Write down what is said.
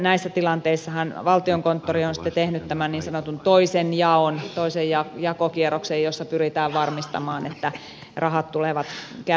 näissä tilanteissahan valtiokonttori on sitten tehnyt tämän niin sanotun toisen jaon toisen jakokierroksen jossa pyritään varmistamaan että rahat tulevat käytetyiksi